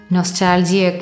Nostalgia